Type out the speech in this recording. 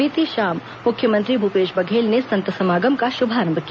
बीती रात मुख्यमंत्री भूपेश बघेल ने संत समागम का शुभारंभ किया